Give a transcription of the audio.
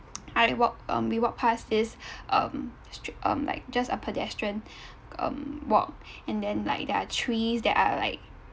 I walk um we walked past this um str~ um like just a pedestrian um walk and then like there are trees that are like